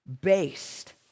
based